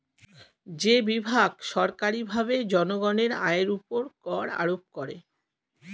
যে বিভাগ সরকারীভাবে জনগণের আয়ের উপর কর আরোপ করে